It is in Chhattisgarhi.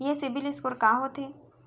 ये सिबील स्कोर का होथे?